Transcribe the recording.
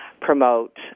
promote